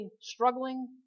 struggling